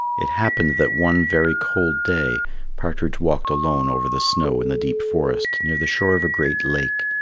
it happened that one very cold day partridge walked alone over the snow in the deep forest near the shore of a great lake,